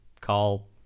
call